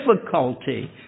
difficulty